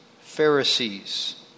Pharisees